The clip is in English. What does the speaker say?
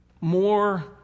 more